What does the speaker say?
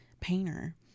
painter